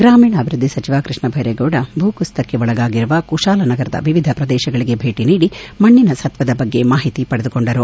ಗ್ರಾಮೀಣಾಭಿವೃದ್ದಿ ಸಚಿವ ಕೃಷ್ಣ ಭೈರೇಗೌಡ ಭೂ ಕುಸಿತಕ್ಕೆ ಒಳಗಾಗಿರುವ ಕುಶಾಲನಗರದ ವಿವಿಧ ಪ್ರದೇಶಗಳಿಗೆ ಭೇಟಿ ನೀಡಿ ಮಣ್ಣನ ಸತ್ತದ ಬಗ್ಗೆ ಮಾಹಿತಿ ಪಡೆದುಕೊಂಡರು